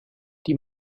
die